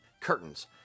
curtains